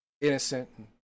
innocent